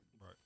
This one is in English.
Right